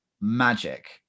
magic